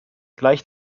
gleich